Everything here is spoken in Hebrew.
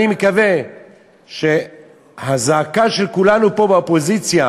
אני מקווה שהזעקה של כולנו פה באופוזיציה